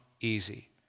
easy